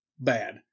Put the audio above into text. bad